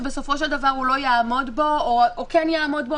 שבסופו של דבר הוא לא יעמוד בו או כן יעמוד בו,